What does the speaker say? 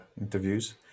interviews